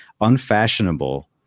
unfashionable